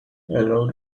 lot